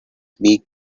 beak